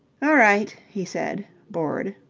all right, he said, bored.